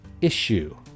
issue